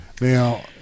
Now